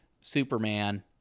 Superman